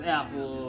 Apple